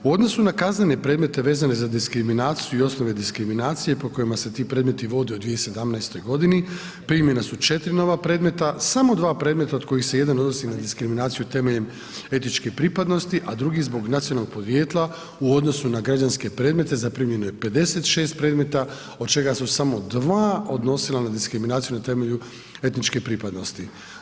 U odnosu na kaznene predmete vezane za diskriminaciju i osnove diskriminacije po kojima se ti predmeti vode u 2017. godini, primljena su četiri nova predmeta, samo dva predmeta od kojih se jedan odnosi na diskriminaciju temeljem etičke pripadnosti, a drugi zbog nacionalnog podrijetla u odnosu na građanske predmete zaprimljeno je 56 predmeta od čega su samo 2 odnosila na diskriminaciju na temelju etničke pripadnosti.